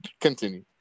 Continue